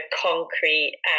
concrete